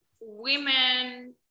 women